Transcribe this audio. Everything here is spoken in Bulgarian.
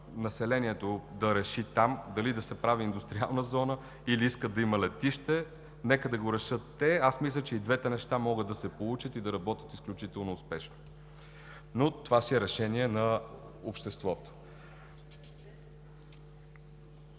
населението там да реши дали да се прави индустриална зона, или искат да има летище. Нека да го решат те. Аз мисля, че и двете неща могат да се получат и да работят изключително успешно, но това си е решение на обществото.